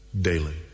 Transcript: Daily